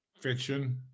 fiction